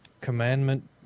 Commandment